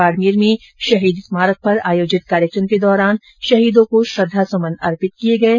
बाडमेर में शहीद स्मारक पर आयोजित कार्यक्रम के दौरान शहीदों को श्रद्धास्मन अर्पित किये गये